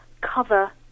cover